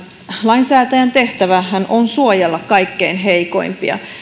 lainsäätäjän tehtävähän on suojella kaikkein heikoimpia